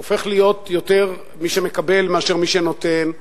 הופך להיות יותר מי שמקבל מאשר מי שנותן,